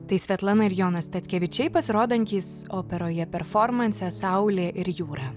tai svetlana ir jonas statkevičiai pasirodantys operoje performanse saulė ir jūra